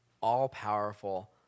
all-powerful